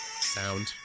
sound